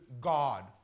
God